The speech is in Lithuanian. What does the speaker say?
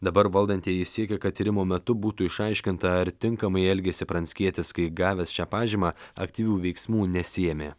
dabar valdantieji siekia kad tyrimo metu būtų išaiškinta ar tinkamai elgėsi pranckietis kai gavęs šią pažymą aktyvių veiksmų nesiėmė